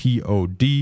pod